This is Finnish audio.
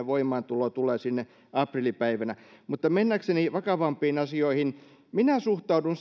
voimaantulo tulee aprillipäivänä mennäkseni vakavampiin asioihin minä suhtaudun